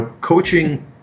coaching